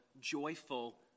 joyful